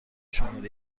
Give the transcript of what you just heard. شماره